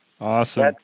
Awesome